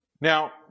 Now